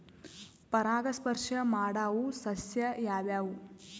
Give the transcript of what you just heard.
ಪರಾಗಸ್ಪರ್ಶ ಮಾಡಾವು ಸಸ್ಯ ಯಾವ್ಯಾವು?